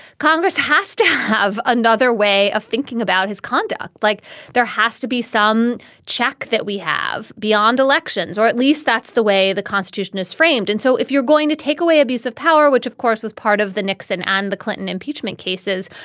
congress has to have another way of thinking about his conduct. like there has to be some check that we have beyond elections, or at least that's the way the constitution is framed. and so if you're going to take away abuse of power, which of course, was part of the nixon and the clinton impeachment cases,